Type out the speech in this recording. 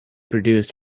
produced